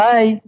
Bye